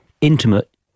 intimate